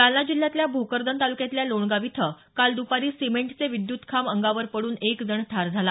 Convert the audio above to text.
जालना जिल्ह्यातल्या भोकरदन तालुक्यातल्या लोणगाव इथं काल दुपारी सिमेंटचे विद्युत खांब अंगावर पडून एकजण ठार झाला